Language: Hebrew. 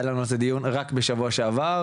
היה לנו על זה דיון רק בשבוע שעבר,